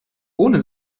ohne